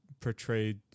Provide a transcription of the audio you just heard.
portrayed